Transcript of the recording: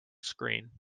screen